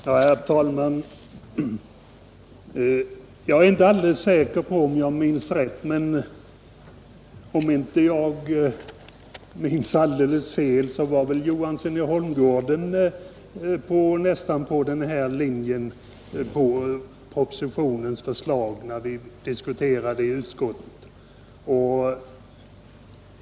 Herr talman! Jag är inte alldeles säker på om jag minns rätt. Men om jag gjorde det var väl herr Johansson i Holmgården nästan på samma linje som den som föreslås i propositionen, när vi diskuterade frågan i utskottet.